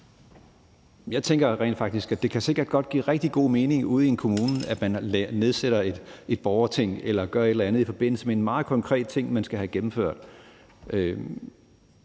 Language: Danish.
Jeg tænker rent faktisk, at det sikkert godt kan give rigtig god mening ude i en kommune, at man nedsætter et borgerting eller gør et eller andet i forbindelse med en meget konkret ting, man skal have gennemført.